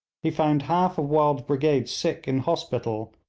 he found half of wild's brigade sick in hospital,